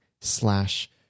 slash